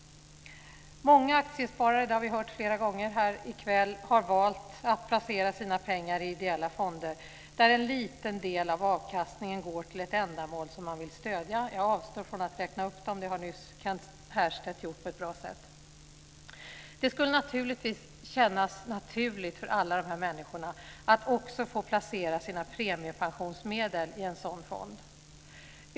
Många aktiesparare - det har vi hört flera gånger här i kväll - har valt att placera sina pengar i ideella fonder där en liten del av avkastningen går till ett ändamål som man vill stödja. Jag avstår från att räkna upp dem. Det har nyss Kent Härstedt gjort på ett bra sätt. Det skulle självfallet kännas naturligt för alla de här människorna att också få placera sina premiepensionsmedel i en sådan fond.